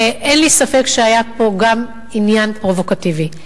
אין לי ספק שהיה שם עניין פרובוקטיבי,